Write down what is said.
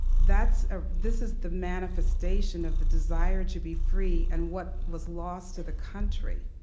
that's ah this is the manifestation of the desire to be free and what was lost to the country.